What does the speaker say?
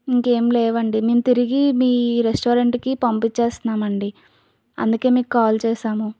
ఇంకేం లేవండి మేము తిరిగి మీ రెస్టారెంట్కి పంపించేస్తున్నాం అండి అందుకని మీకు కాల్ చేసాము